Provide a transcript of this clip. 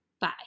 Bye